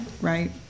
right